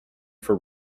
for